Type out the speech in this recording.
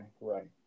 right